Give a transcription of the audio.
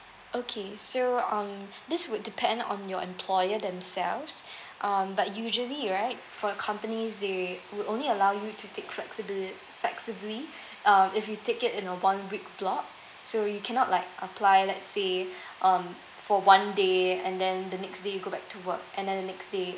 okay so um this would depend on your employer themselves um but usually right for companies they would only allow you to take flexibl~ flexibly uh if you take it in a one week block so you cannot like apply let's say um for one day and then the next day you go back to work and then the next day